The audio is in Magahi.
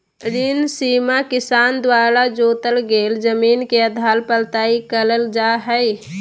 ऋण सीमा किसान द्वारा जोतल गेल जमीन के आधार पर तय करल जा हई